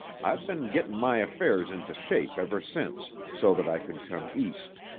i've been gettin' my affairs into shape ever since, so that i could come east.